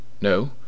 No